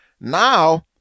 now